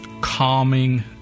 calming